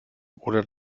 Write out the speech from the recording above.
oder